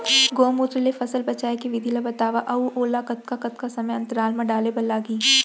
गौमूत्र ले फसल बचाए के विधि ला बतावव अऊ ओला कतका कतका समय अंतराल मा डाले बर लागही?